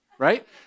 right